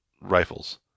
rifles